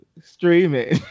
streaming